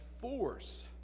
force